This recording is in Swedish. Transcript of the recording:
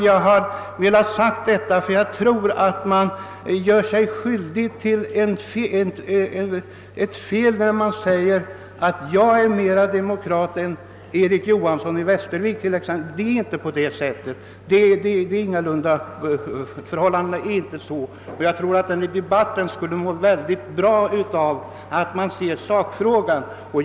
Jag har velat säga detta, eftersom jag tror att man gör sig skyldig till ett fel om man påstår att man är mer demokratisk än exempelvis Erik Johanson i Västervik. Det förhåller sig ingalunda så, och jag tror att debatten skulle bli mer värdefull om man höll sig till sakfrågan.